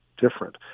different